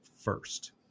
first